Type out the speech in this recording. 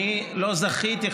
אני לא זכיתי,